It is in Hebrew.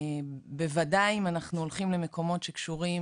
בוודאי אם אנחנו הולכים למקומות שקשורים